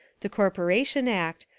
the corporation act,